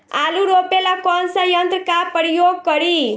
आलू रोपे ला कौन सा यंत्र का प्रयोग करी?